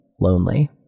lonely